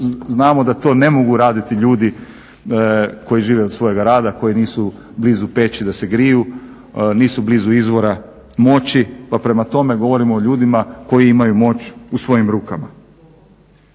znamo da to ne mogu raditi ljudi koji žive od svojega rada koji nisu blizu peći da se griju, nisu blizu izvora moći pa prema tome govorim o ljudima koji imaju moć u svojim rukama.